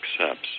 accepts